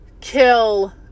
kill